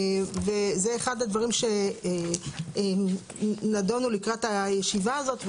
וזה אחד הדברים שנדונו לקראת הישיבה הזאת.